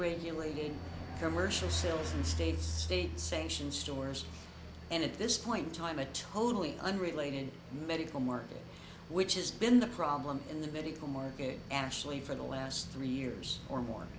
regulated commercial sales in states state sanctioned stores and at this point in time a totally unrelated medical market which has been the problem in the medical market actually for the last three years or more